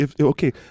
okay